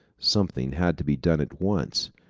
something had to be done at once.